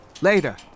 Later